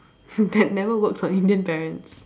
that never works on Indian parents